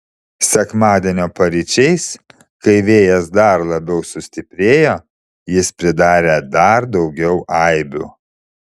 sekmadienio paryčiais kai vėjas dar labiau sustiprėjo jis pridarė dar daugiau aibių